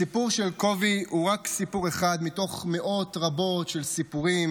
הסיפור של קובי הוא רק סיפור אחד מתוך מאות רבות של סיפורים